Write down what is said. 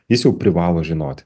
jis jau privalo žinoti